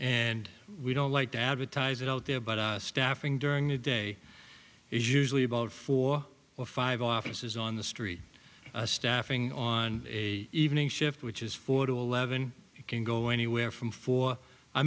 and we don't like to advertise it out there but staffing during the day is usually about four or five officers on the street staffing on a evening shift which is four to eleven you can go anywhere from for a